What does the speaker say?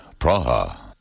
Praha. (